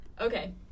Okay